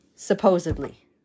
supposedly